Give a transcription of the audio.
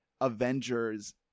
avengers